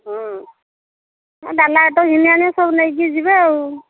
ହଁ ଡାଲା ତ ଘିନି ଆଣି ସବୁ ନେଇକି ଯିବେ ଆଉ